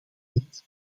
niets